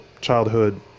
childhood